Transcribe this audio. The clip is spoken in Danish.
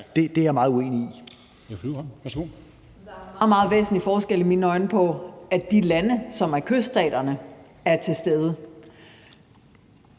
det er jeg meget uenig i.